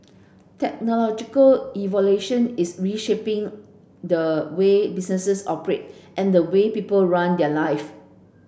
technological evolution is reshaping the way businesses operate and the way people run their life